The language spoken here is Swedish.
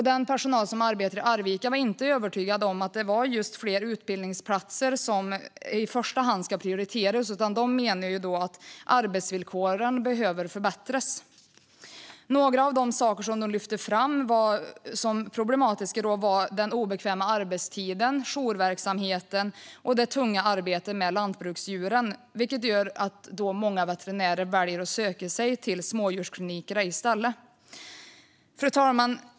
Den personal som arbetade i Arvika var inte övertygade om att det är just fler utbildningsplatser som i första hand ska prioriteras, utan de menade att arbetsvillkoren behöver förbättras. Några av de saker som de lyfte fram som problematiska var den obekväma arbetstiden, jourverksamheten och det tunga arbetet med lantbruksdjuren, vilket gör att många veterinärer väljer att söka sig till smådjursklinikerna i stället. Fru talman!